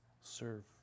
serve